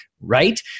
right